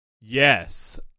yes